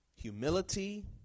Humility